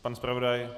Pan zpravodaj?